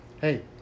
Hey